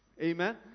Amen